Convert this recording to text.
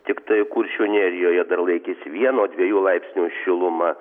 tiktai kuršių nerijoje dar laikėsi vieno dviejų laipsnių šiluma